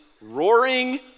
roaring